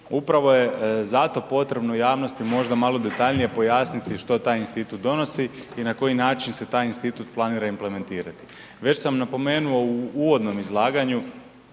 Upravo je zato potrebno javnosti možda malo detaljnije pojasniti što taj institut donosi i na koji način se taj institut planira implementirati. Već sam napomenuo u uvodnom izlaganju